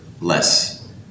less